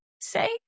say